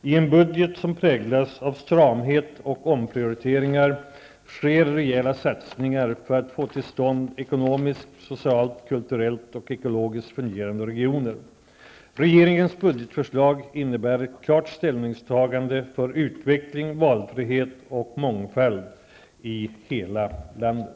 I en budget som präglas av stramhet och omprioriteringar, sker rejäla satsningar för att få till stånd ekonomiskt, socialt, kulturellt och ekologiskt fungerande regioner. Regeringens budgetsförslag innebär ett klart ställningstagande för utveckling, valfrihet och mångfald i hela landet.